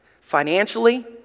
financially